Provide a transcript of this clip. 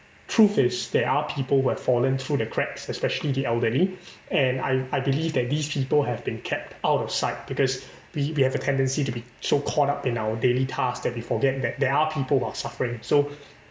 truth is there are people who have fallen through the cracks especially the elderly and I I believe that these people have been kept out of sight because we we have a tendency to be so caught up in our daily tasks that we forget that there are people who are suffering so